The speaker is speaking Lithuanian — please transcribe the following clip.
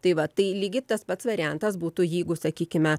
tai va tai lygiai tas pats variantas būtų jeigu sakykime